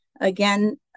again